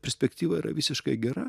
perspektyva yra visiškai gera